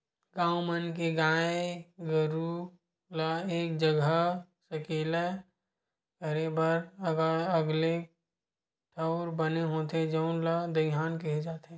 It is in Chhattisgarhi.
गाँव मन के गाय गरू ल एक जघा सकेला करे बर अलगे ठउर बने होथे जउन ल दईहान केहे जाथे